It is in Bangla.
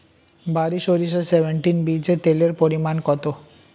বারি সরিষা সেভেনটিন বীজে তেলের পরিমাণ কত?